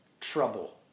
trouble